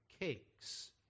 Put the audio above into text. cakes